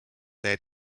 their